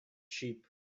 sheep